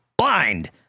Blind